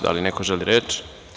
Da li neko želi reč?